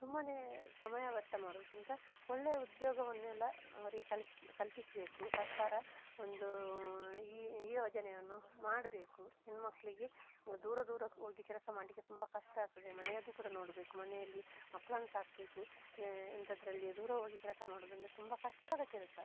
ಸುಮ್ಮನೆ ಸಮಯ ವ್ಯರ್ಥ ಮಾಡುವುದಕ್ಕಿಂತ ಒಳ್ಳೆಯ ಉದ್ಯೋಗವನ್ನೆಲ್ಲ ಅವರಿಗೆ ಕಲಿಸ ಕಲ್ಪಿಸಬೇಕು ಸರ್ಕಾರ ಒಂದು ಈ ಈ ಯೋಜನೆಯನ್ನು ಮಾಡಬೇಕು ಹೆಣ್ಣು ಮಕ್ಕಳಿಗೆ ದೂರ ದೂರ ಹೋಗಿ ಕೆಲಸ ಮಾಡಲಿಕ್ಕೆ ತುಂಬ ಕಷ್ಟ ಆಗ್ತದೆ ಮನೆಯದ್ದು ಕೂಡ ನೋಡಬೇಕು ಮನೆಯಲ್ಲಿ ಮಕ್ಕಳನ್ನು ಸಾಕಬೇಕು ಅಂಥದ್ದರಲ್ಲಿ ದೂರ ಹೋಗಿ ಕೆಲಸ ಮಾಡುವುದಂದ್ರೆ ತುಂಬ ಕಷ್ಟದ ಕೆಲಸ